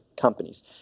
companies